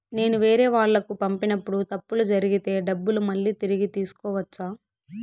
నేను వేరేవాళ్లకు పంపినప్పుడు తప్పులు జరిగితే డబ్బులు మళ్ళీ తిరిగి తీసుకోవచ్చా?